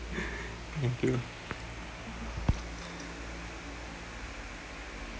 thank you